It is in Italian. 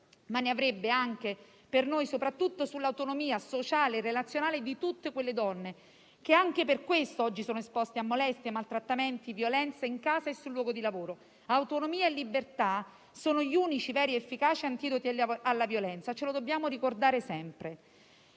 ma ne avrebbe anche per noi soprattutto sull'autonomia sociale e relazionale di tutte quelle donne che, anche per questo, oggi sono esposte a molestie, maltrattamenti, violenza in casa e sul luogo di lavoro. Autonomia e libertà sono gli unici, veri, efficaci antidoti alla violenza, ce lo dobbiamo ricordare sempre.